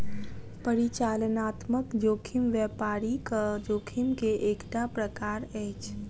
परिचालनात्मक जोखिम व्यापारिक जोखिम के एकटा प्रकार अछि